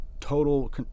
total